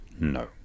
no